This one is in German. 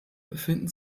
befinden